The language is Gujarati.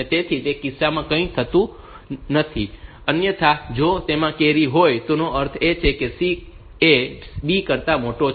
તેથી તે કિસ્સામાં કંઈ નથી થતું અન્યથા જો તેમાં કેરી હોય તો તેનો અર્થ એ કે C એ B કરતા મોટો છે